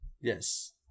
Yes